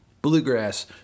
Bluegrass